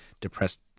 depressed